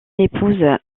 épouse